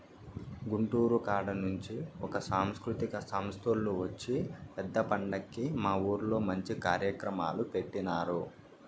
గుంటూరు కాడ నుంచి ఒక సాంస్కృతిక సంస్తోల్లు వచ్చి పెద్ద పండక్కి మా ఊర్లో మంచి కార్యక్రమాలు పెట్టినారు